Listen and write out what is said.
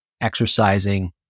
exercising